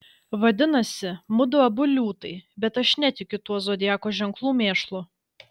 vadinasi mudu abu liūtai bet aš netikiu tuo zodiako ženklų mėšlu